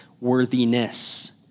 worthiness